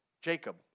Jacob